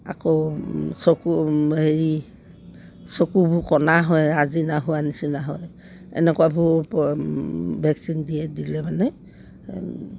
আকৌ চকু হেৰি চকুবোৰ কণা হয় আজিনা হোৱা নিচিনা হয় এনেকুৱাবোৰ ভেকচিন দিয়ে দিলে মানে